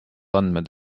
andmed